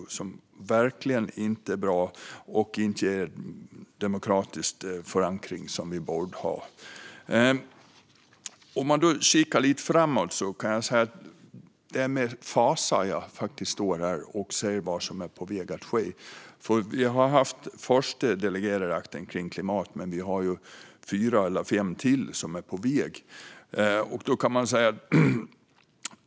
Detta är verkligen inte bra och ger inte den demokratiska förankring som vi borde ha. Vi kan kika lite framåt. Det är med fasa som jag står här och ser vad som är på väg att ske. Vi har fått den första delegerade akten om klimat, men fyra eller fem till är på väg.